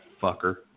fucker